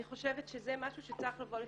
אני חושבת שזה משהו שצריך לבוא לפתחנו,